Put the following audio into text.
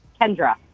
Kendra